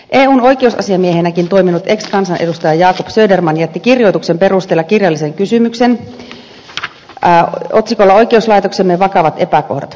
eun oikeusasiamiehenäkin toiminut ex kansanedustaja jacob söderman jätti kirjoituksen perusteella kirjallisen kysymyksen otsikolla oikeuslaitoksemme vakavat epäkohdat